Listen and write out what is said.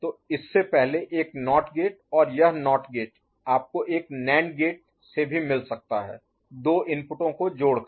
तो इससे पहले एक नॉट गेट और यह नॉट गेट आपको एक नैंड गेट से भी मिल सकता है 2 इनपुटों को जोड़कर